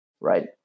right